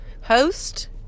host